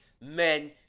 men